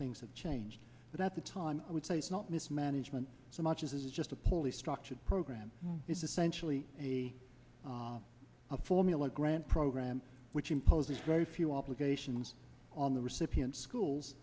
things have changed but at the time i would say it's not mismanagement so much as just a poorly structured program is essentially a formula grant program which imposes very few obligations on the recipient schools